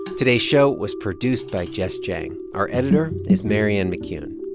today's show was produced by jess jiang. our editor is marianne mccune.